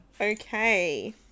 Okay